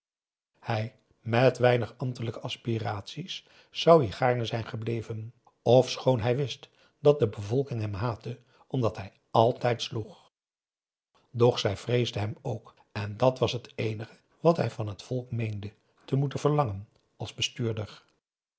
hij met weinig ambtelijke aspiraties zou hier gaarne zijn gebleven ofschoon hij wist dat de bevolking hem haatte omdat hij altijd sloeg doch zij vreesde hem ook en dat was het eenige wat hij van dat volk meende p a daum hoe hij raad van indië werd onder ps maurits te moeten verlangen als bestuurder